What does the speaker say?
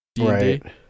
right